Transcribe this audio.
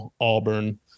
Auburn